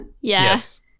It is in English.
Yes